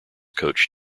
coach